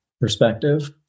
perspective